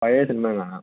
പഴയ സിനിമയും കാണാം